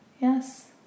yes